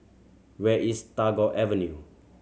where is Tagore Avenue